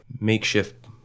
makeshift